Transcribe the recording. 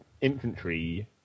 infantry